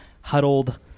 huddled